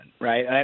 right